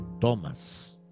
Thomas